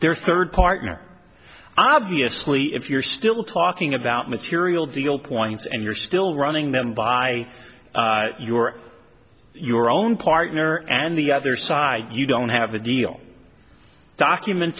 their third partner obviously if you're still talking about material deal points and you're still running them by your your own partner and the other side you don't have a deal document